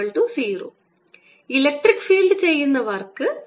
F0 electric field ചെയ്യുന്ന work